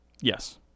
Yes